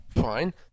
fine